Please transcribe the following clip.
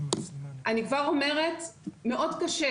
אני כבר אומרת, מאוד קשה.